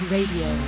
Radio